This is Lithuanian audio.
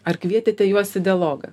ar kvietėte juos į dialogą